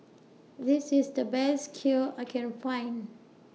This IS The Best Kheer I Can Find